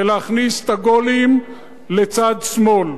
ולהכניס את הגולים לצד שמאל,